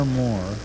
more